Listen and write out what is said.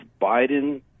Biden